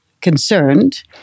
concerned